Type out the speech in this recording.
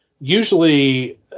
Usually